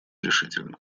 решительно